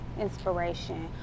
inspiration